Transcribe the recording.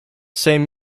same